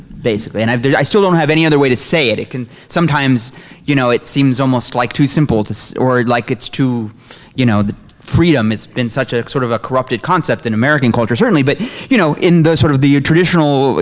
basically and i've been i still don't have any other way to say it it can sometimes you know it seems almost like too simple to like it's too you know the freedom it's been such a sort of a corrupted concept in american culture certainly but you know in the sort of the traditional